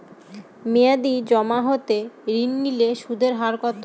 মেয়াদী জমা হতে ঋণ নিলে সুদের হার কত?